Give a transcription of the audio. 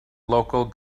local